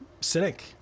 cynic